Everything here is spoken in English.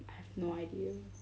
no idea